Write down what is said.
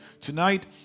Tonight